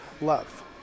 love